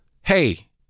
hey